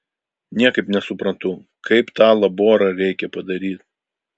niekaip nesuprantu kaip tą laborą reikia padaryt